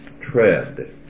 tread